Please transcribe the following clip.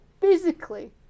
physically